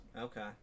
okay